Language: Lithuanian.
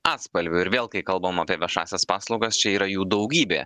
atspalvių ir vėl kai kalbam apie viešąsias paslaugas čia yra jų daugybė